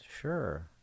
sure